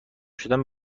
شدن